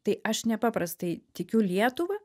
tai aš nepaprastai tikiu lietuva